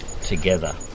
together